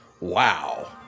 Wow